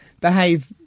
behave